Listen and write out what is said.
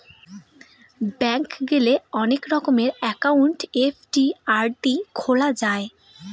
bank গেলে অনেক রকমের একাউন্ট এফ.ডি, আর.ডি খোলা যায়